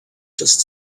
just